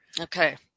okay